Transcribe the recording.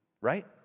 Right